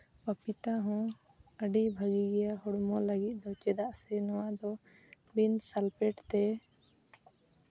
ᱯᱟᱯᱤᱛᱟ ᱦᱚᱸ ᱟᱹᱰᱤ ᱵᱷᱟᱹᱜᱤ ᱜᱮᱭᱟ ᱦᱚᱲᱢᱚ ᱞᱟᱹᱜᱤᱫ ᱫᱚ ᱪᱮᱫᱟᱜ ᱥᱮ ᱱᱚᱣᱟ ᱫᱚ ᱵᱤᱱ ᱥᱟᱞᱯᱷᱮᱴ ᱛᱮ